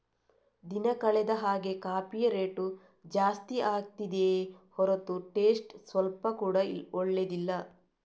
ದಿನ ಕಳೆದ ಹಾಗೇ ಕಾಫಿಯ ರೇಟು ಜಾಸ್ತಿ ಆಗ್ತಿದೆಯೇ ಹೊರತು ಟೇಸ್ಟ್ ಸ್ವಲ್ಪ ಕೂಡಾ ಒಳ್ಳೇದಿಲ್ಲ